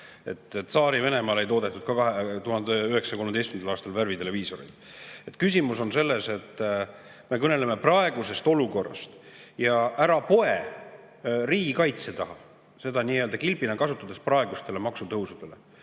Tsaari-Venemaal ei toodetud ka 1913. aastal värviteleviisoreid. Küsimus on selles, et me kõneleme praegusest olukorrast. Ära poe riigikaitse taha ega kasuta seda kilbina praeguste maksutõusude